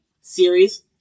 series